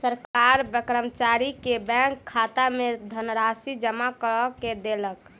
सरकार कर्मचारी के बैंक खाता में धनराशि जमा कय देलक